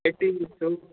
एक टिन जस्तो